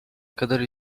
kadar